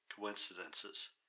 coincidences